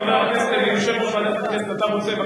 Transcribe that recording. יושב-ראש ועדת הכנסת, אתה רוצה?